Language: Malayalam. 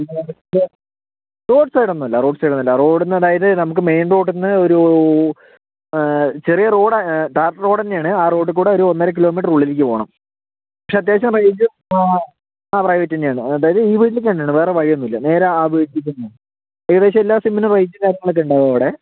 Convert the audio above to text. റോഡ് സൈഡൊന്നുമല്ല റോഡ് സൈഡൊന്നല്ല റോഡിന്ന് അതായത് നമുക്ക് മെയിൻ റോഡിൽ നിന്ന് ഒരൂ ചെറിയ റോഡാണ് ടാറിട്ട റോഡ് തന്നെയാണ് ആ റോഡിൽ കൂടെ ഒരു ഒന്നര കിലോമീറ്ററ് ഉള്ളിലേക്ക് പോകണം പക്ഷേ അത്യാവശ്യം റേയ്ഞ്ചും ആ ആ പ്രൈവറ്റ് തന്നെയാണ് അതായത് ഈ വീട്ടില്ക്ക് തന്നെയാണ് വേറെ വഴിയൊന്നുമില്ല നേരെ ആ വീട്ടിലേയ്ക്ക് തന്നെയാണ് ഏകദേശം എല്ലാ സിമ്മിനും റേഞ്ചും കാര്യങ്ങളുമൊക്കെ ഉണ്ടാവും അവിടെ